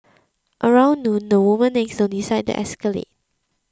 around noon the woman next door decides to escalate